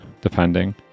depending